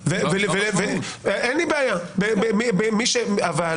הרי לא משנה מה הרף שקבעתי לך